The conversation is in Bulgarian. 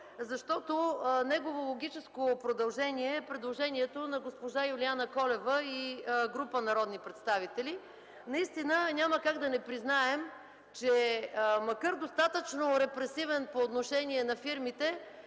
Негово логическо предложение е предложението на госпожа Юлиана Колева и група народни представители. Няма как да не признаем, че макар достатъчно репресивен по отношение на фирмите,